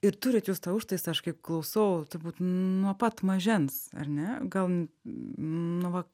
ir turit jūs tą užtaisą aš kaip klausau turbūt nuo pat mažens ar ne gal nu va